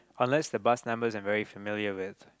unless the bus number is very familiar with